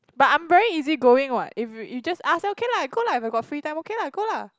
but I'm very easy going what if you you just ask okay lah I go lah if I got free time okay lah go lah